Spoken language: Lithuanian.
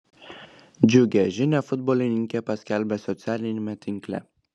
džiugią žinią futbolininkė paskelbė socialiniame tinkle